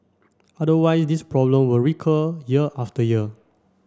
otherwise this problem will recur year after year